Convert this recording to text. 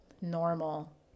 normal